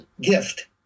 gift